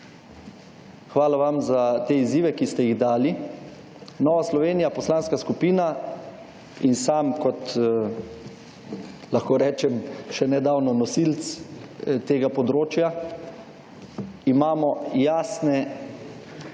Hvala vam za te izzive, ki ste jih dali. Nova Slovenija, poslanska skupina, in sam kot, lahko rečem, še nedavno nosilec tega področja imamo jasne